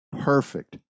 perfect